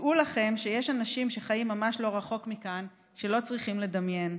דעו לכם שיש אנשים שחיים ממש לא רחוק מכאן שלא צריכים לדמיין.